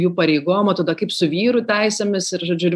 jų pareigom o tada kaip su vyrų teisėmis ir žodžiu ir